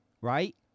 right